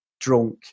drunk